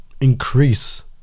increase